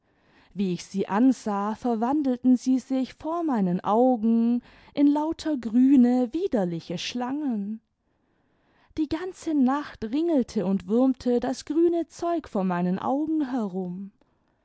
wie ich sie ansah verwandelten sie sich vor meinen augen in lauter grüne widerliche schlangen die ganze nacht ringelte tuid wurmte das grüne zeug vor meinen augen herum